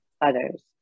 others